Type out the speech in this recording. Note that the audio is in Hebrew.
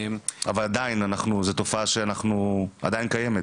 אבל עדיין, זו תופעה שעדיין קיימת.